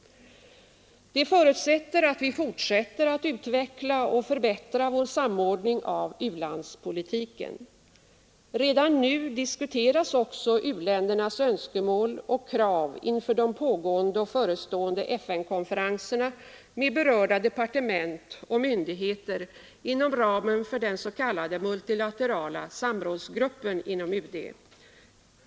Detta förutsätter att vi fortsätter att utveckla och förbättra vår samordning av u-landspolitiken. Redan nu diskuteras också u-ländernas önskemål och krav inför de pågående och förestående FN-konferenserna med berörda departement och myndigheter inom ramen för den s.k. multilaterala samrådsgruppen inom UD.